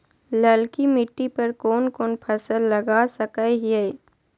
ललकी मिट्टी पर कोन कोन फसल लगा सकय हियय?